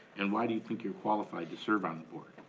and why do you think you're qualified to serve on the board?